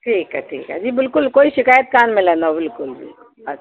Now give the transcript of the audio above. ठीकु आहे ठीकु आहे जी बिल्कुलु कोई शिकायत कान मिलंदव बिल्कुलु बि